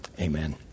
Amen